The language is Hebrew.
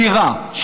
דירה.